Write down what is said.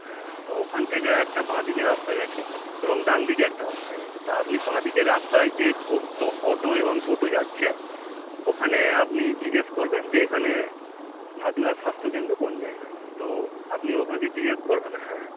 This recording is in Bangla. হ্যাঁ তো ওখান থেকে একটা বাঁ দিকে রাস্তা গেছে এবং ডান দিকে একটা রাস্তা গেছে তা আপনি বাঁ দিকের রাস্তায় যে ওটো অটো এবং টোটো যাচ্ছে ওখানে আপনি জিগেস করবেন যে এখানে ভাদুরা স্বাস্ত্যকেন্দ্র কোন জায়গায় তো আপনি ওখানকে জিগেস করবেন হ্যাঁ